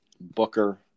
Booker